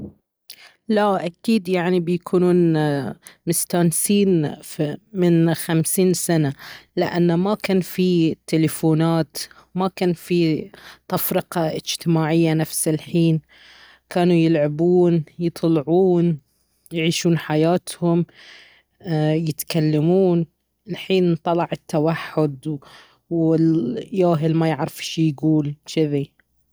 لا أكيد يعني بيكونون مستانسين من خمسين سنة لأنه ما كان فيه تليفونات ما كان فيه تفرقة اجتماعية نفس الحين كانوا يلعبون يطلعون يعيشون حياتهم ايه يتكلمون الحين طلع التوحد والياهل ما يعرف شي يقول جذي